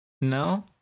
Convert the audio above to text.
No